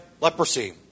leprosy